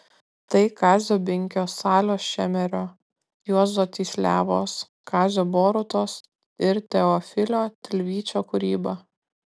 tai kazio binkio salio šemerio juozo tysliavos kazio borutos ir teofilio tilvyčio kūryba